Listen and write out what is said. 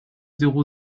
zéro